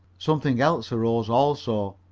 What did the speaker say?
something else arose also.